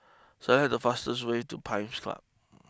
select the fastest way to Pines Club